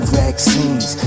vaccines